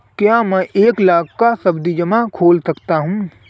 क्या मैं एक लाख का सावधि जमा खोल सकता हूँ?